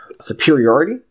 Superiority